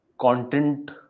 content